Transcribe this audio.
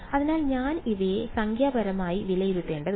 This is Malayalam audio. അതിനാൽ ഞാൻ ഇവയെ സംഖ്യാപരമായി വിലയിരുത്തേണ്ടതുണ്ട്